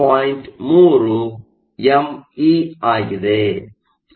3 M E ಆಗಿದೆ